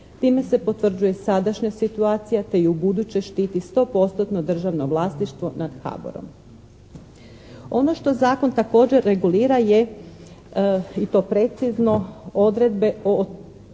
Time se potvrđuje sadašnja situacija te i ubuduće štiti 100%-tno državno vlasništvo nad HABOR-om. Ono što zakon također regulira je, i to precizno, odredbe o